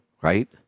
right